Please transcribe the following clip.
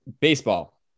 Baseball